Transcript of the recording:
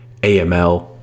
AML